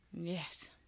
Yes